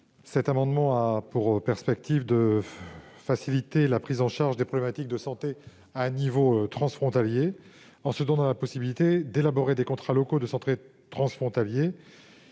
Cet amendement vise à faciliter la prise en charge des problématiques de santé à une échelle transfrontalière, en offrant la possibilité d'élaborer des contrats locaux de santé transfrontaliers.